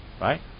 Right